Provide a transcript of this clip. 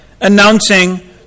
announcing